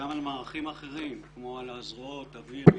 גם על מערכים אחרים כמו זרועות האוויר,